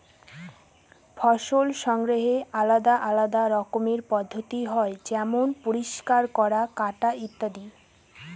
ফসল সংগ্রহের আলাদা আলদা রকমের পদ্ধতি হয় যেমন পরিষ্কার করা, কাটা ইত্যাদি